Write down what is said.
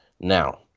Now